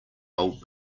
old